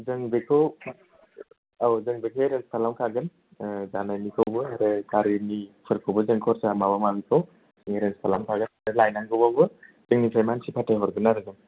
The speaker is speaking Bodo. जों बेखौ औ जों बेखौ एरेन्स खालामखागोन जानायनिखौबो ओरै गारिनिफोरखौबो जों खरसा माबा माबिखौ एरेन्स खालामखागोन लायनांगौबाबो जोंनिफ्राय मानसि फाथायहरगोन आरो जोङो